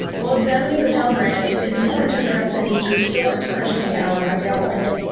while examining the pell grant, it's important to address the need to restore its purchasing power by doubling it.